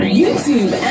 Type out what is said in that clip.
YouTube